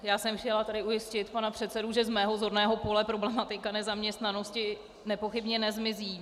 Já jsem chtěla ujistit pana předsedu, že z mého zorného pole problematika nezaměstnanosti nepochybně nezmizí.